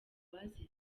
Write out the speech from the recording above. bazize